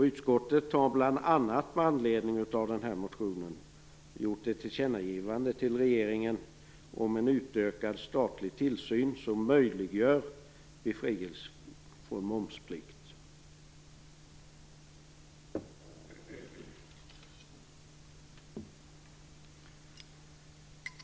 Utskottet har bl.a. med anledning av denna motion gjort ett tillkännagivande till regeringen om en utökad statlig tillsyn som möjliggör befrielse från momsplikt.